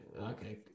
okay